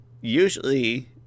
usually